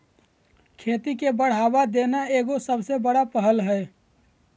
खेती के बढ़ावा देना एगो सबसे बड़ा पहल हइ